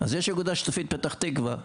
אז יש אגודה שיתופית בפתח תקווה,